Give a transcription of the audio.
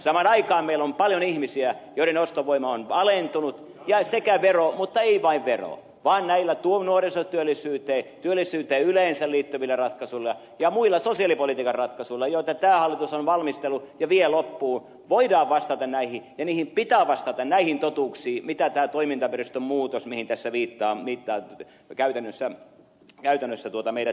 samaan aikaan meillä on paljon ihmisiä joiden ostovoima on alentunut ja sekä veroratkaisuilla mutta ei vain veroratkaisuilla vaan näillä nuorisotyöllisyyteen työllisyyteen yleensä liittyvillä ratkaisuilla ja muilla sosiaalipolitiikan ratkaisuilla joita tämä hallitus on valmistellut ja vie loppuun voidaan vastata ja pitää vastata näihin totuuksiin mihin tämä toimintaympäristön muutos mihin tässä viittaan käytännössä meidät velvoittaa